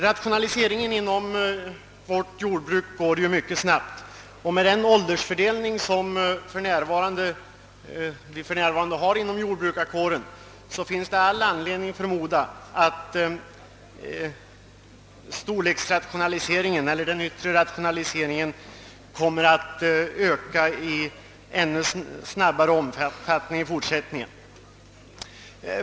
Rationaliseringen inom vårt jordbruk går mycket snabbt, och med nuvarande åldersfördelning inom jordbrukarkåren finns det all anledning att förmoda att den yttre rationaliseringen kommer att öka ännu kraftigare i fortsättningen.